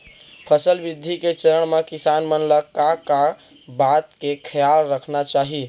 फसल वृद्धि के चरण म किसान मन ला का का बात के खयाल रखना चाही?